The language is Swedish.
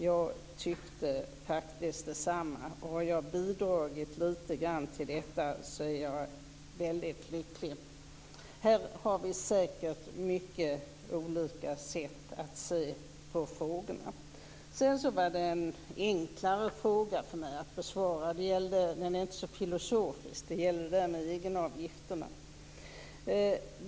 Jag tycker detsamma. Jag är lycklig om jag har bidragit litet grand till detta. Här har vi säkert mycket olika sätt att se på frågorna. Sedan var det en enklare fråga för mig att besvara. Den är inte så filosofisk utan gäller egenavgifterna.